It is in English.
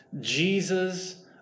Jesus